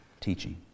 teaching